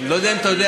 לא יודע אם אתה יודע